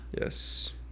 yes